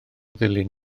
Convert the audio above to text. ddulyn